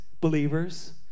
believers